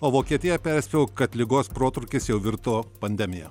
o vokietija perspėjo kad ligos protrūkis jau virto pandemija